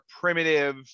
primitive